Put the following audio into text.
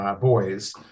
boys